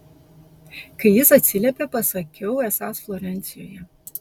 kai jis atsiliepė pasakiau esąs florencijoje